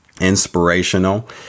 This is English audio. inspirational